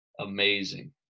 amazing